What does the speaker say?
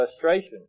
frustration